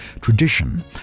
tradition